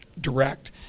direct